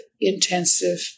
intensive